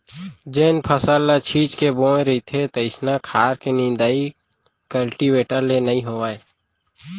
जेन फसल ल छीच के बोए रथें तइसना खार के निंदाइ कल्टीवेटर ले नइ होवय